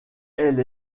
elle